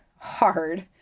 hard